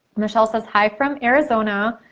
michelle says hi from arizona.